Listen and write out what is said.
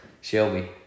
Shelby